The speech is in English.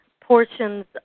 portions